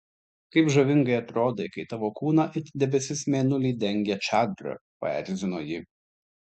kaip žavingai atrodai kai tavo kūną it debesis mėnulį dengia čadra paerzino ji